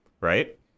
right